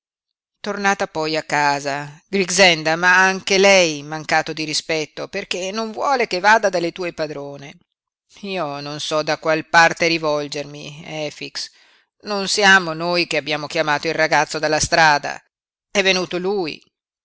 tornata poi a casa grixenda m'ha anche lei mancato di rispetto perché non vuole che vada dalle tue padrone io non so da qual parte rivolgermi efix non siamo noi che abbiamo chiamato il ragazzo dalla strada è venuto lui